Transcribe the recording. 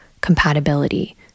compatibility